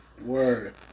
Word